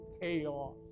chaos